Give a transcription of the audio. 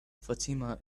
fatima